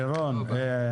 רעות,